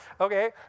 okay